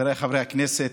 חבריי חברי הכנסת,